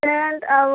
Saint ଆଉ